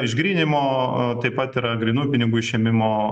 išgryninimo taip pat yra grynųjų pinigų išėmimo